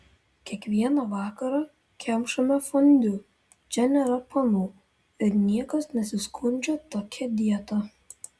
kiekvieną vakarą kemšame fondiu čia nėra panų ir niekas nesiskundžia tokia dieta